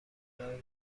بلایی